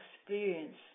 experience